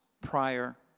prior